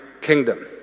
kingdom